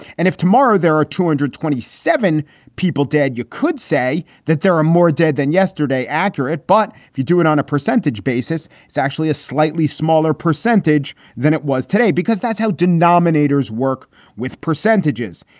and if tomorrow there are two hundred and twenty seven people dead, you could say that there are more dead than yesterday accurate. but if you do it on a percentage basis, it's actually a slightly smaller percentage than it was today, because that's how denominators work with percentages.